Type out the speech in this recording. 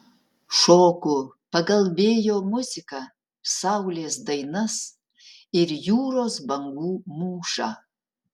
šoku pagal vėjo muziką saulės dainas ir jūros bangų mūšą